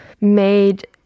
made